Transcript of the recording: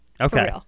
Okay